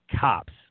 cops